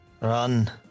run